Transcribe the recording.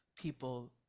people